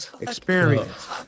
experience